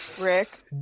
Rick